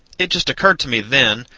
it just occurred to me, then,